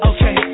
Okay